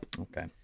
Okay